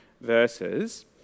verses